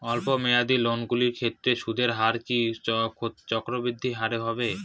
স্বল্প মেয়াদী লোনগুলির ক্ষেত্রে সুদের হার কি চক্রবৃদ্ধি হারে হবে?